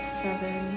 seven